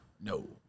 No